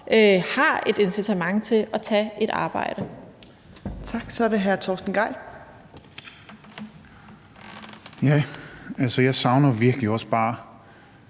har et incitament til at tage et arbejde.